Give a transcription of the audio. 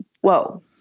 whoa